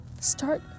start